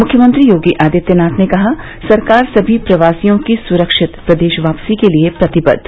मुख्यमंत्री योगी आदित्यनाथ ने कहा सरकार सभी प्रवासियों की सुरक्षित प्रदेश वापसी के लिए प्रतिबद्व